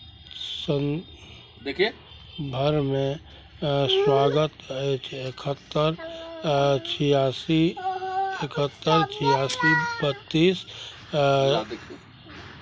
मे मे स्वागत अछि एकहत्तरि छियासी एकहत्तरि छियासी बत्तीस